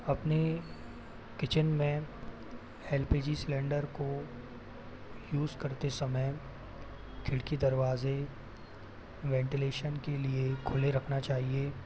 अपनी किचन में LPG cylinder को यूज़ करते समय खिड़की दरवाज़े वेंटिलेशन के लिए खुले रखना चाहिए